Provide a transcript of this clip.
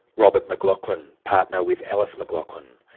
robert mclachlan, partner with ellis mclachlan.